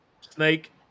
Snake